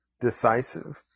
decisive